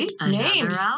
names